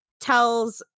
tells